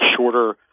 shorter